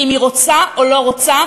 אם היא רוצה או לא רוצה,